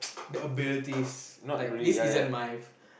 the abilities like this is just my